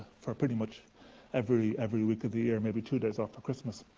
for pretty much every every week of the year. maybe two days off for christmas.